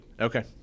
Okay